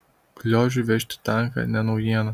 gliožiui vežti tanką ne naujiena